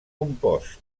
compost